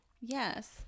yes